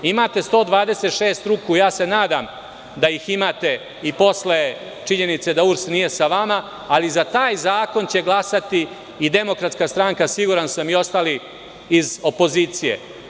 Imate 126 ruku, nadam se da ih imate i posle činjenice da URS nije sa vama, ali za taj zakon će glasati i DS, siguran sam i ostali iz opozicije.